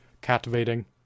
captivating